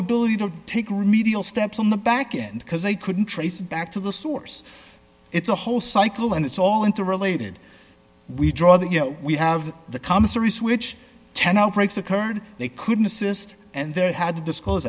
ability to take remedial steps on the backend because they couldn't trace back to the source it's a whole cycle and it's all interrelated we draw that you know we have the commissary switch ten outbreaks occurred they couldn't assist and they had to disclose